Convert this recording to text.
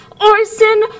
Orson